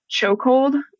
chokehold